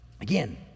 again